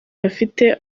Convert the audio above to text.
bafite